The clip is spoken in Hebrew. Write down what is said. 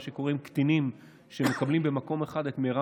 כמו קטינים שמקבלים במקום אחד את מרב